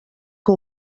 que